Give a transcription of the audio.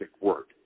work